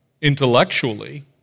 intellectually